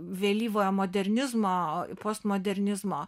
vėlyvojo modernizmo postmodernizmo